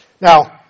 Now